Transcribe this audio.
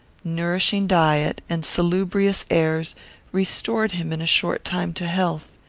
nourishing diet, and salubrious airs restored him in a short time to health.